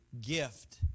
gift